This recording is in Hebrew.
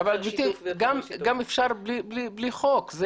אפשר גם בלי חוק.